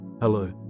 Hello